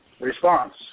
response